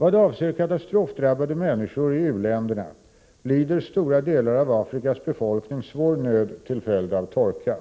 Vad avser katastrofdrabbade människor i u-länderna vill jag säga att stora delar av Afrikas befolkning lider svår nöd till följd av torka.